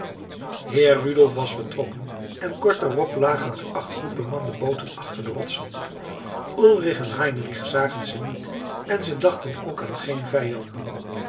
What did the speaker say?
heer rudolf was vertrokken en kort daarop lagen er acht goed bemande booten achter de rotsen ulrich en heinrich zagen ze niet en ze dachten ook aan geen vijanden